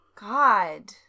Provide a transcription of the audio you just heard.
God